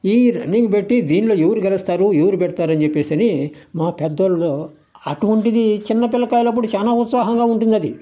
ఈ రన్నింగ్ పెట్టి దీన్లో ఎవరు గెలుస్తారు ఎవరు పెడతారు అని చెప్పేసి అని మా పెద్దోళ్ళు అటువంటిది చిన్నపిల్లకాయలప్పుడు చానా ఉత్సహాహంగా ఉంటుందది